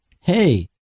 Hey